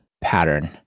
pattern